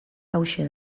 hauxe